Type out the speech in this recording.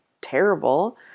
terrible